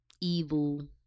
Evil